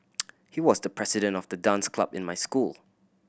he was the president of the dance club in my school